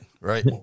right